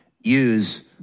use